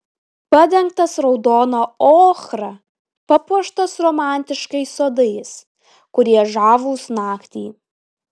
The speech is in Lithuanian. padengtas raudona ochra papuoštas romantiškais sodais kurie žavūs naktį